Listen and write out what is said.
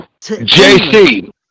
JC